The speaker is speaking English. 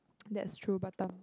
that's true batam